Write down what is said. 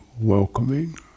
welcoming